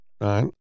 right